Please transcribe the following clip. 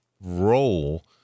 role